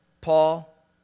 Paul